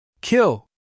Kill